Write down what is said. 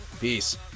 Peace